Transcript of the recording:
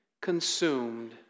consumed